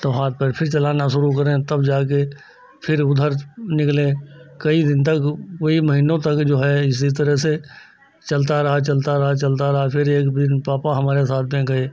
तो हाथ पैर फिर चलाना शुरू करें तब जाकर फिर उधर से निकलें कई दिन तक वह कई महीनों तक जो है इसी तरह से चलता रहा चलता रहा चलता रहा फिर एक दिन पापा हमारे साथ में गए